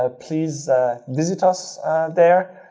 ah please visit us there.